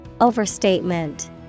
Overstatement